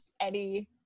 Eddie